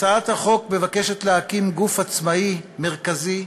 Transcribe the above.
הצעת החוק מבקשת להקים גוף עצמאי, מרכזי,